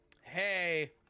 Hey